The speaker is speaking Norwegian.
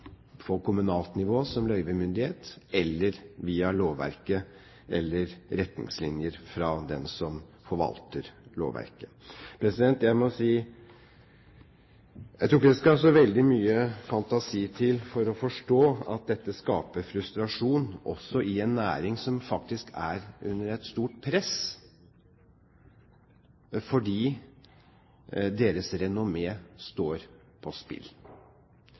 på kommunalt nivå, som løyvemyndighet, eller via lovverket eller retningslinjer fra den som forvalter lovverket. Jeg må si at jeg tror ikke det skal så veldig mye fantasi til for å forstå at dette skaper frustrasjon også i en næring som faktisk er under et stort press, fordi deres renommé står på spill.